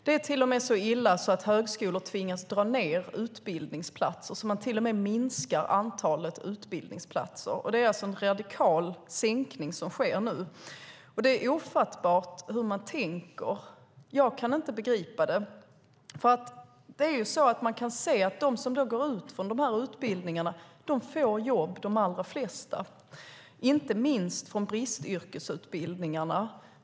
Det är till och med så illa att högskolor tvingas minska antalet utbildningsplatser. Det är en radikal sänkning som sker nu. Det är ofattbart hur man tänker. Jag kan inte begripa det. De allra flesta av dem som går ut de här utbildningarna får jobb, inte minst de som gått bristyrkesutbildningar.